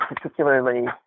particularly